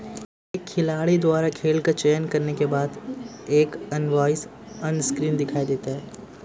एक खिलाड़ी द्वारा खेल का चयन करने के बाद, एक इनवॉइस ऑनस्क्रीन दिखाई देता है